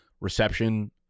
reception